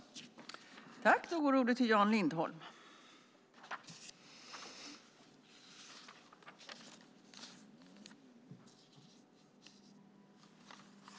Då Gunvor G Ericson, som framställt interpellationen, anmält att hon var förhindrad att närvara vid sammanträdet medgav förste vice talmannen att Jan Lindholm i stället fick delta i överläggningen.